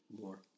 more